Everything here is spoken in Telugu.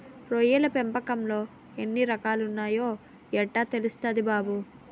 రొయ్యల పెంపకంలో ఎన్ని రకాలున్నాయో యెట్టా తెల్సుద్ది బాబూ?